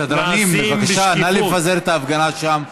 סדרנים, בבקשה, נא לפזר את ההפגנה שם.